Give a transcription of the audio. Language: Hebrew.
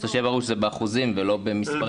זה באחוזים ולא במספרים.